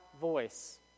voice